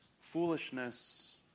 foolishness